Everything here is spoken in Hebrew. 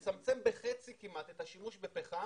לצמצם בכמעט חצי את השימוש בפחם,